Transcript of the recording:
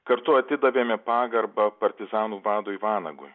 kartu atidavėme pagarbą partizanų vadui vanagui